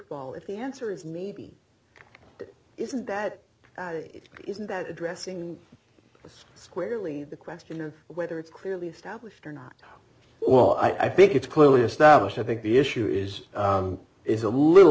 ball if the answer is maybe it isn't that isn't that addressing so squarely the question or whether it's clearly established or not well i think it's clearly established i think the issue is is a little